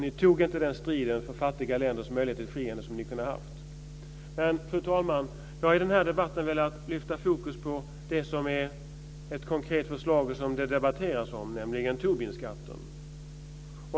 Ni tog inte striden för fattiga länders möjlighet till frihandel som ni kunde ha gjort. Fru talman! Jag har i den här debatten försökt sätta fokus på det som är ett konkret förslag som det debatteras om, nämligen Tobinskatten.